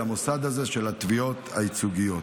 למוסד הזה של התביעות הייצוגיות.